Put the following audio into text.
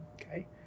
Okay